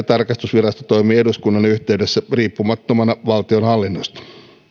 tarkastusvirasto toimii eduskunnan yhteydessä riippumattomana valtionhallinnosta